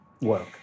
work